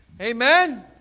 Amen